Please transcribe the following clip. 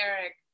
Eric